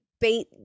bait